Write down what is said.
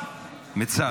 מיצב.